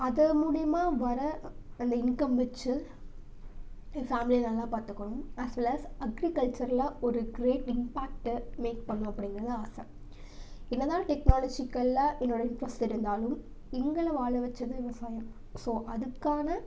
அதை முலிமா வர அந்த இன்கம் வச்சு என் ஃபேமிலியை நல்லா பார்த்துக்கணும் அஸ் வெல் அஸ் அக்ரிகல்ச்சரில் ஒரு கிரேட் இன்பேக்ட்டு மேக் பண்ணணும் அப்படிங்கறது ஆசை என்ன தான் டெக்னாலஜிக்கல்லாக என்னோடைய இன்ட்ரஸ்ட் இருந்தாலும் எங்களை வாழ வச்சது விவசாயம் ஸோ அதுக்கான